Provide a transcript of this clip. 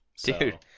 Dude